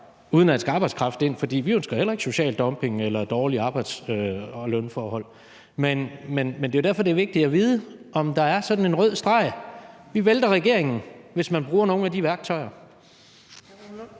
udenlandsk arbejdskraft ind, for vi ønsker heller ikke social dumping eller dårlige arbejds- og lønforhold – om der går sådan en rød streg, hvor man siger: Vi vælter regeringen, hvis der bruges nogen af de værktøjer.